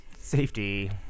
Safety